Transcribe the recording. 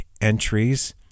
entries